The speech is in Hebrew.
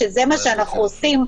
שזה מה שאנחנו עושים,